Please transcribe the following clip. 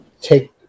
take